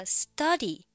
study